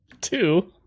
Two